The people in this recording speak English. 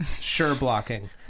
Sure-blocking